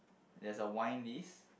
there's a wine list